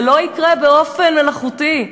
זה לא יקרה באופן מלאכותי.